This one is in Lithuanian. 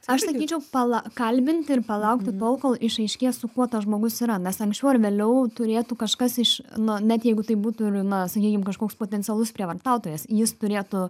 aš sakyčiau pala kalbinti ir palaukti tol kol išaiškės su kuo tas žmogus yra nes anksčiau ar vėliau turėtų kažkas iš nu net jeigu tai būtų ir na sakykim kažkoks potencialus prievartautojas jis turėtų